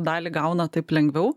dalį gauna taip lengviau